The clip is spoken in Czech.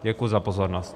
Děkuji za pozornost.